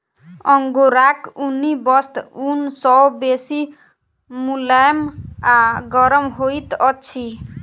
अंगोराक ऊनी वस्त्र ऊन सॅ बेसी मुलैम आ गरम होइत अछि